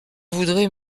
voudrais